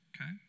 Okay